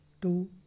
two